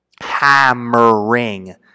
hammering